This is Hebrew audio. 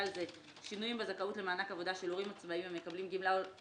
זה שינויים בזכאות למענק עבודה של הורים עצמאים המקבלים גמלה או